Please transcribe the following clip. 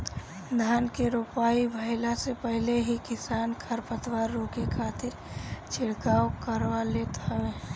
धान के रोपाई भइला से पहिले ही किसान खरपतवार रोके खातिर छिड़काव करवा लेत हवे